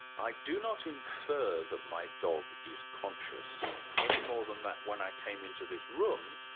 i do not infer that my dog is conscious any more than that when i came into this room,